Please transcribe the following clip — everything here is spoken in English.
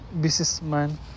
Businessman